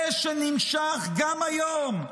זה שנמשך גם היום,